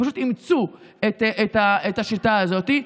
פשוט אימצו את השיטה הזאת.